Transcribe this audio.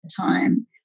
time